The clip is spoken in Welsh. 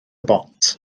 bont